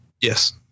Yes